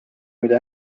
mida